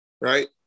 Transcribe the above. right